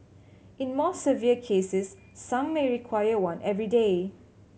in more severe cases some may require one every day